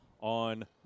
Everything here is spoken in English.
on